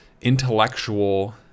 intellectual